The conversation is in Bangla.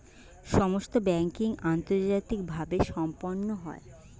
সমস্ত ব্যাংকিং আন্তর্জাতিকভাবে সম্পন্ন হয়